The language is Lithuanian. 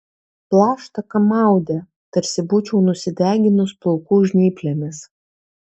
plaštaką maudė tarsi būčiau nusideginus plaukų žnyplėmis